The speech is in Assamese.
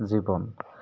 জীৱন